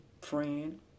friend